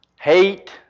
hate